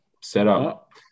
setup